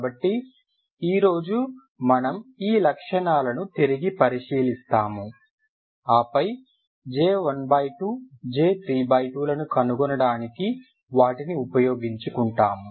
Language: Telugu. కాబట్టి ఈ రోజు మనం ఈ లక్షణాలను తిరిగి పరిశీలిస్తాము ఆపై J12 J32లను కనుగొనడానికి వాటిని ఉపయోగించుకుంటాము